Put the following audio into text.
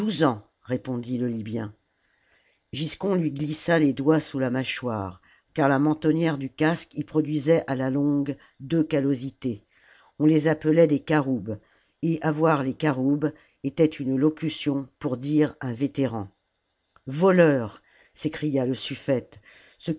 répondit le libyen giscon lui glissa les doigts sous la mâchoire car la mentonnière du casque y produisait à la longue deux callosités on les appelait des caroubes et avoir les caroubes était une locutfon pour dire un vétéran voleur s'écria le suffète